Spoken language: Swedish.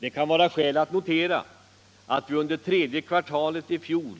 Det kan vara skäl att notera att vi under tredje kvartalet i fjol